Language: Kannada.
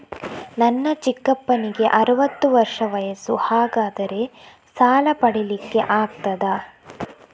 ನನ್ನ ಚಿಕ್ಕಪ್ಪನಿಗೆ ಅರವತ್ತು ವರ್ಷ ವಯಸ್ಸು, ಹಾಗಾದರೆ ಸಾಲ ಪಡೆಲಿಕ್ಕೆ ಆಗ್ತದ?